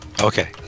Okay